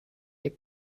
ihr